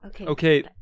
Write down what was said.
okay